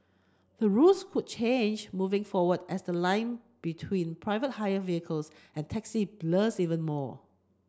the rules could change moving forward as the line between private hire vehicles and taxi blurs even more